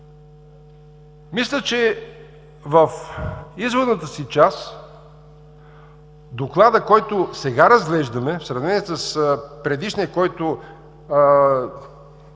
мисля, че в изводната си част докладът, който сега разглеждаме, в сравнение с предишния, който,